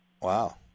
Wow